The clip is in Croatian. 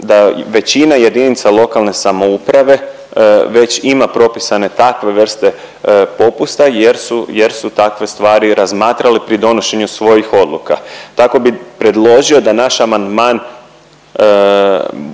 reći da, da većina JLS već ima propisane takve vrste popusta jer su, jer su takve stvari razmatrali pri donošenju svojih odluka. Tako bi predložio da naš amandman